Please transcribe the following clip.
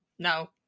No